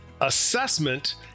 assessment